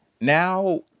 Now